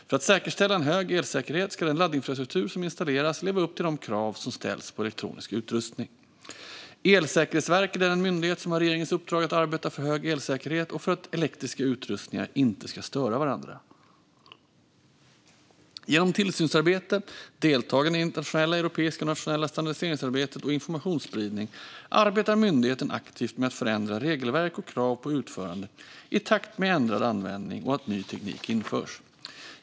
För att säkerställa en hög elsäkerhet ska den laddinfrastruktur som installeras leva upp till de krav som ställs på elektronisk utrustning. Elsäkerhetsverket är den myndighet som har regeringens uppdrag att arbeta för hög elsäkerhet och för att elektriska utrustningar inte ska störa varandra. Genom tillsynsarbete, deltagande i det internationella, europeiska och nationella standardiseringsarbetet samt informationsspridning arbetar myndigheten aktivt med att förändra regelverk och krav på utförande i takt med ändrad användning och att ny teknik införs.